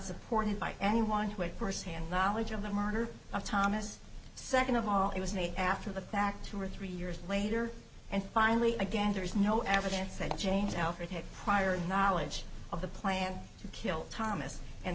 supported by anyone who at first hand knowledge of the murder of thomas second of all it was made after the fact two or three years later and finally again there is no evidence said james alford had prior knowledge of the plan to kill thomas and